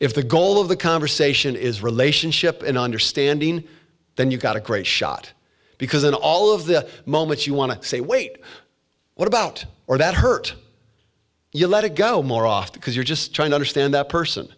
if the goal of the conversation is relationship in understanding then you've got a great shot because in all of this moment you want to say wait what about or that hurt you let it go more often because you're just trying to understand that person